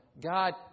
God